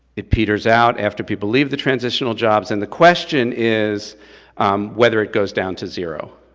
it peters out after people leave the transitional jobs, and the question is whether it goes down to zero.